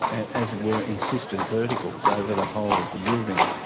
as it were, insistent verticals over the whole of the building,